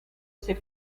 ses